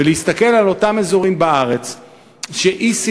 ולהסתכל על אותם אזורים בארץ שאי-סבסוד,